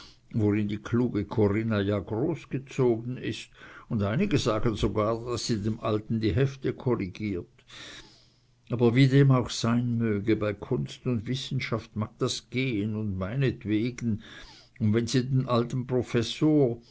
worin die kluge corinna ja großgezogen ist und einige sagen sogar daß sie dem alten die hefte korrigiert aber wie dem auch sein möge bei kunst und wissenschaft mag das gehen meinetwegen und wenn sie den alten professor